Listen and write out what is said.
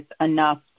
enough